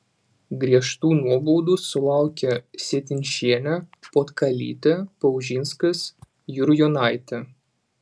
griežtų nuobaudų sulaukė sietinšienė puotkalytė paužinskas jurjonaitė